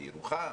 בירוחם,